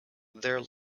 their